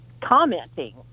commenting